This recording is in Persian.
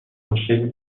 مشکلی